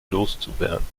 loszuwerden